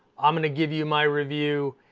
i'm gonna give you my review.